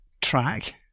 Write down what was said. track